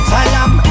Salam